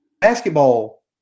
Basketball